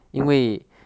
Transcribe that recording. property